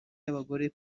y’abagore